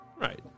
right